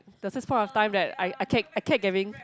there was this point of time that I I I kept getting